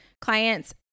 clients